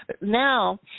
Now